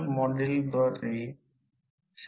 हे R e 2 असेल नंतर प्रति युनिट cos ∅ 2 मी लिहू शकतो